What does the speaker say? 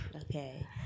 okay